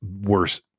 worse